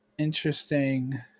Interesting